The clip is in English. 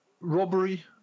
Robbery